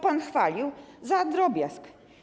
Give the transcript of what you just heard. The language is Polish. Pan chwalił za drobiazg.